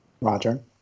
Roger